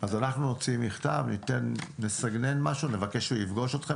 אז אנחנו נוציא מכתב, נבקש שהוא ייפגש אתכם.